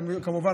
כמובן,